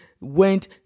went